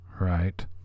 right